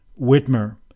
Whitmer